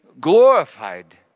glorified